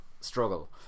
struggle